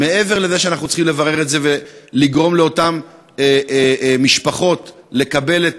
מעבר לזה שאנחנו צריכים לברר את זה ולאפשר לאותן משפחות לקבל את